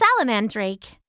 salamandrake